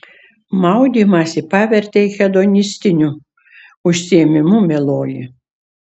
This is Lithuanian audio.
maudymąsi pavertei hedonistiniu užsiėmimu mieloji